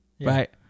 right